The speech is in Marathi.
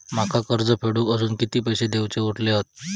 माका कर्ज फेडूक आजुन किती पैशे देऊचे उरले हत?